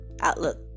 outlook